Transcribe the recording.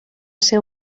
ser